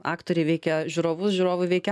aktoriai veikia žiūrovus žiūrovai veikia